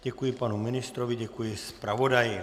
Děkuji panu ministrovi, děkuji zpravodaji.